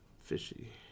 fishy